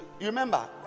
remember